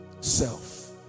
self